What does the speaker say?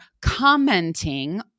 commenting